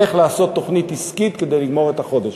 איך לעשות תוכנית עסקית כדי לגמור את החודש.